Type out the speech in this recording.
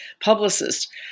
publicist